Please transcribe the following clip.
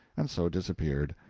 and so disappeared.